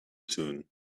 soon